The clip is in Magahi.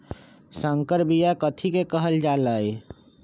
संकर बिया कथि के कहल जा लई?